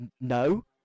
no